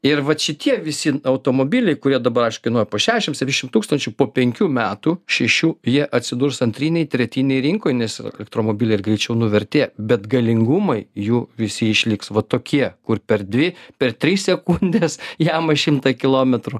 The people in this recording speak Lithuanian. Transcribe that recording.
ir vat šitie visi automobiliai kurie dabar aiš kainuoja po šesšim septyniasdešim tūkstančių po penkių metų šešių jie atsidurs antrinėj tretinėj rinkoj nes elektromobiliai ir greičiau nuvertėja bet galingumai jų visi jie išliks va tokie kur per dvi per tris sekundes jama šimtą kilometrų